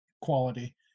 quality